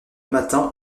matin